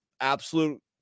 absolute